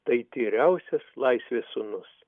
tai tyriausias laisvės sūnus